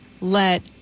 let